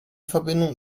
verbindung